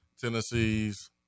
Tennessee's